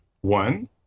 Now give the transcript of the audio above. one